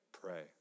pray